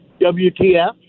WTF